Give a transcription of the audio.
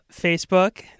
Facebook